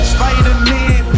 Spider-Man